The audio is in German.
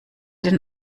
den